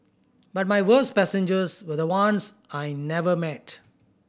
but my worst passengers were the ones I never met